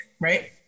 right